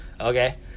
okay